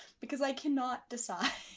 because i cannot decide.